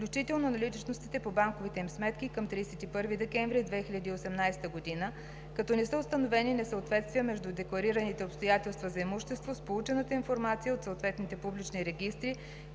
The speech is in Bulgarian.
включително наличностите по банковите им сметки към 31 декември 2018 г., като не са установени несъответствия между декларираните обстоятелства за имущество с получената информация от съответните публични регистри,